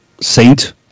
saint